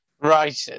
right